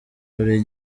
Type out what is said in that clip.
buri